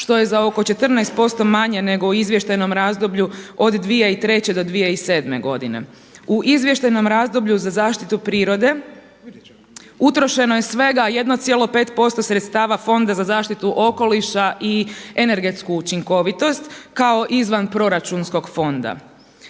što je za oko 14% manje nego u izvještajnom razdoblju od 2003. do 2007. godine. U izvještajnom razdoblju za zaštitu prirode utrošeno je svega 1,5% sredstava Fonda za zaštitu okoliša i energetsku učinkovitost kao izvanproračunskog fonda.